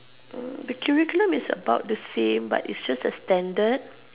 uh the curriculum is about the same but it's just a standard